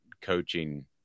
coaching